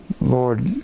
Lord